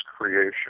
creation